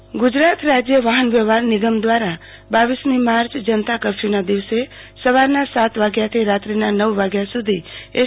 online ticket refund Gujarat રાજય વાહન વ્યવહાર નિગમ દવારા રરમી માચ જનતા કરફયુના દિવસે સવારના સાત વાગ્યાથી રાત્રીના નવ વાગ્યા સુધી એસ